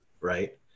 Right